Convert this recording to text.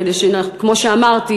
כמו שאמרתי,